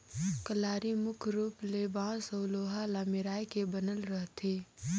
कलारी मुख रूप ले बांस अउ लोहा ल मेराए के बनल रहथे